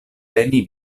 teni